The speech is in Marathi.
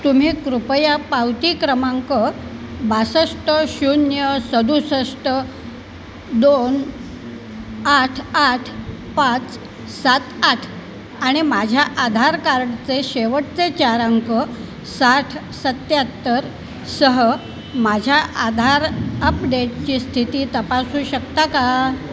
तुम्ही कृपया पावती क्रमांक बासष्ट शून्य सदुसष्ट दोन आठ आठ पाच सात आठ आणि माझ्या आधार कार्डचे शेवटचे चार अंक साठ सत्याहत्तर सह माझ्या आधार अपडेटची स्थिती तपासू शकता का